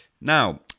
now